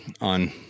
on